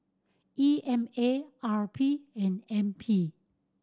E M A R P and N P